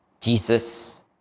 Jesus